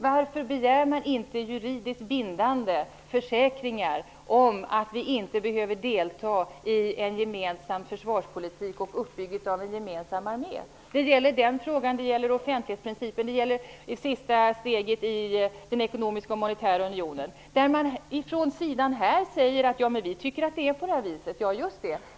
Varför begär man inte juridiskt bindande försäkringar om att vi inte behöver delta i en gemensam försvarspolitik och uppbyggandet av en gemensam armé? När det gäller den frågan, offentlighetsprincipen och sista steget i den ekonomiska och monetära unionen så säger man: Vi tycker att det är på det här viset.